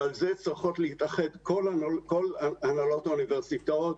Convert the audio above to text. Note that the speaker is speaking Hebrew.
ועל זה צריכות להתאחד כל הנהלות האוניברסיטאות.